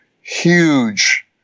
huge